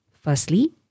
Firstly